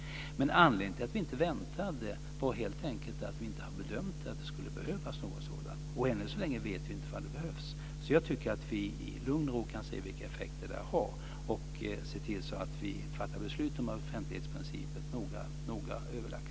Anledningen till att vi inte väntade var att vi helt enkelt inte bedömt att det skulle behövas något sådant här. Och än så länge vet vi inte om det behövs. Jag tycker att vi i lugn och ro kan se vilka effekter det här har och se till att fatta ett beslut om offentlighetsprincipen som är noga överlagt.